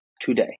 today